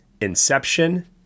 Inception